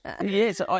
Yes